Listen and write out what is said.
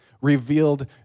revealed